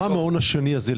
מה המעון השני הזה?